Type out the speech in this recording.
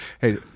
Hey